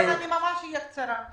כן, אני ממש אהיה קצרה.